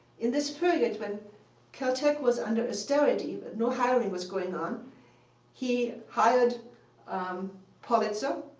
in this period when caltech was under austerity but no hiring was going on he hired politzer,